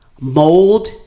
mold